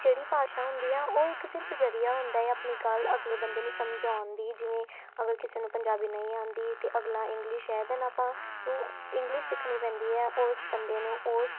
ਜਿਹੜੀ ਭਾਸ਼ਾ ਹੁੰਦੀ ਆ ਉਹ ਇੱਕ ਸਿਰਫ ਜ਼ਰੀਆ ਹੁੰਦਾ ਏ ਆਪਣੀ ਗੱਲ ਅਗਲੇ ਬੰਦੇ ਨੂੰ ਸਮਝਾਉਣ ਦੀ ਜਿਵੇਂ ਅਗਰ ਕਿਸੇ ਨੂੰ ਪੰਜਾਬੀ ਨਹੀਂ ਆਉਂਦੀ ਅਤੇ ਅਗਲਾ ਇੰਗਲਿਸ਼ ਇਹਦੇ ਨਾਲ ਆਪਾਂ ਨੂੰ ਇੰਗਲਿਸ਼ ਸਿੱਖਣੀ ਪੈਂਦੀ ਹੈ ਉਸ ਬੰਦੇ ਨੂੰ ਉਸ